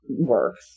works